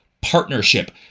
partnership